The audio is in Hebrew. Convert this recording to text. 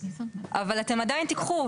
אבל אתם עדיין תיקחו.